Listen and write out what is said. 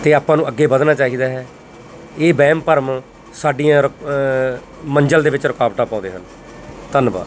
ਅਤੇ ਆਪਾਂ ਨੂੰ ਅੱਗੇ ਵਧਣਾ ਚਾਹੀਦਾ ਹੈ ਇਹ ਵਹਿਮ ਭਰਮ ਸਾਡੀਆਂ ਰ ਮੰਜ਼ਿਲਾਂ ਦੇ ਵਿੱਚ ਰੁਕਾਵਟਾਂ ਪਾਉਂਦੇ ਹਨ ਧੰਨਵਾਦ